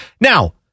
Now